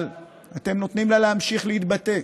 אבל אתם נותנים לה להמשיך להתבטא.